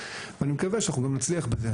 ואני מקווה שאנחנו גם נצליח בזה,